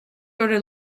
order